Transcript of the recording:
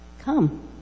come